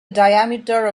diameter